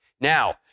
Now